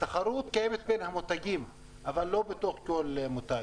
התחרות קיימת בין המותגים, אבל לא בתוך כל מותג.